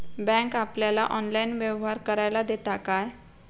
Bank आपल्याला online व्यवहार करायला देता काय?